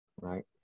right